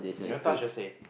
you want touch just say